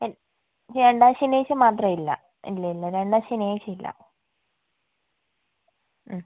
A രണ്ടാം ശനിയാഴ്ച മാത്രം ഇല്ല ഇല്ലില്ല രണ്ടാം ശനിയാഴ്ചയില്ല മ്